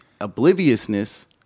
Obliviousness